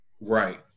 Right